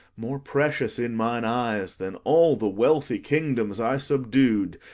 more precious in mine eyes than all the wealthy kingdoms i subdu'd,